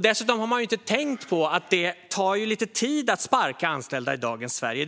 Dessutom har man inte tänkt på att det tar lite tid att sparka anställda i dagens Sverige.